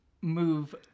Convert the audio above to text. move